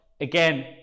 Again